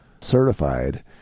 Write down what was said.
certified